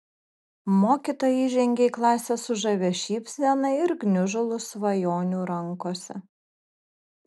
mokytoja įžengė į klasę su žavia šypsena ir gniužulu svajonių rankose